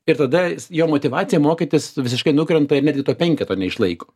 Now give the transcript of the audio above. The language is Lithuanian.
ir tada jo motyvacija mokytis visiškai nukrenta ir netgi to penketo neišlaiko